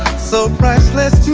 so priceless to